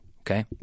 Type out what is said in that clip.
Okay